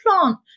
plant